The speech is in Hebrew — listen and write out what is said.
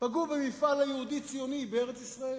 פגעו במפעל היהודי-ציוני בארץ-ישראל.